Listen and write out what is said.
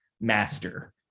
master